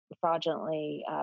fraudulently